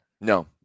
No